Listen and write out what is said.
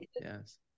yes